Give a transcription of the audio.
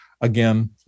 Again